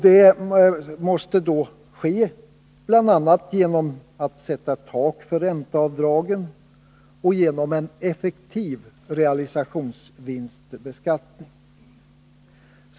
Det måste ske bl.a. genom att man sätter ett tak för ränteavdragen och genom att man inför en effektiv realisationsvinstbeskattning.